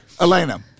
Elena